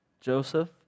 Joseph